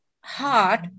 heart